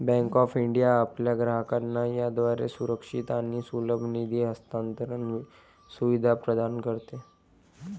bank of India आपल्या ग्राहकांना याद्वारे सुरक्षित आणि सुलभ निधी हस्तांतरण सुविधा प्रदान करते